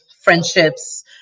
friendships